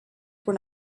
were